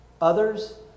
Others